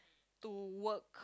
to work